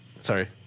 Sorry